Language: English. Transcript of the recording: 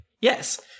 Yes